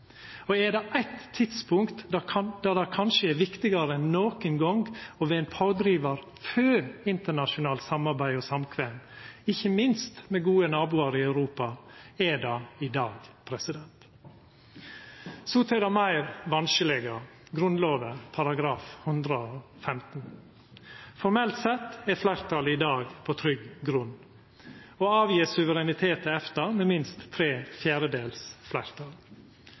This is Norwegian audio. vis. Er det eitt tidspunkt då det kanskje er viktigare enn nokon gong å vera ein pådrivar for internasjonalt samarbeid og samkvem, ikkje minst med gode naboar i Europa, er det i dag. Så til det meir vanskelege – Grunnlova § 115. Formelt sett er fleirtalet i dag på trygg grunn når dei gjev frå seg suverenitet til EFTA med minst tre fjerdedels fleirtal.